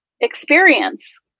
experience